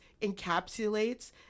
encapsulates